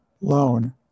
loan